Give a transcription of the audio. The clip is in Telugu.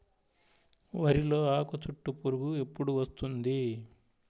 వరిలో ఆకుచుట్టు పురుగు ఎప్పుడు వస్తుంది?